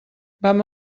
vam